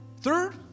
Third